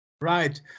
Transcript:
Right